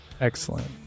excellent